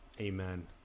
Amen